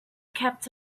kept